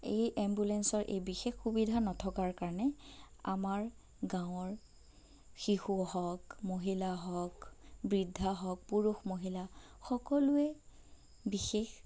এই এম্বুলেঞ্চৰ এই বিশেষ সুবিধা নথকাৰ কাৰণে আমাৰ গাঁৱৰ শিশু হওক মহিলা হওক বৃদ্ধা হওক পুৰুষ মহিলা সকলোৱে বিশেষ